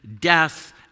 death